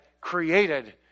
created